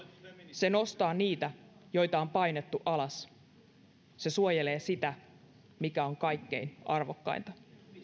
se nostaa niitä joita on painettu alas se suojelee sitä mikä on kaikkein arvokkainta